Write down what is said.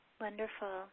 wonderful